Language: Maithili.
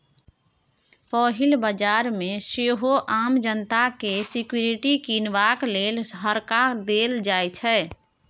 पहिल बजार मे सेहो आम जनता केँ सिक्युरिटी कीनबाक लेल हकार देल जाइ छै